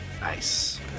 Nice